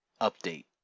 update